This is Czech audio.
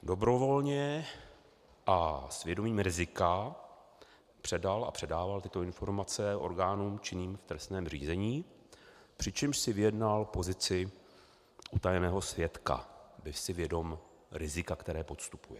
Dobrovolně a s vědomím rizika předal a předával tyto informace orgánům činným v trestním řízení, přičemž si vyjednal pozici utajeného svědka, byl si vědom rizika, které podstupuje.